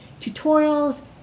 tutorials